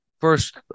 first